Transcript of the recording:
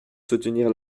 soutenir